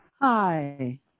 Hi